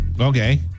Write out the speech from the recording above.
Okay